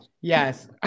Yes